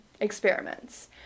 experiments